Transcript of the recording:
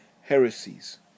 heresies